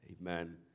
amen